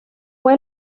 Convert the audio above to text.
fue